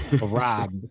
Rob